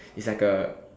is like a